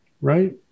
right